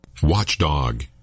Watchdog